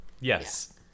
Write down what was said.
Yes